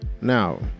Now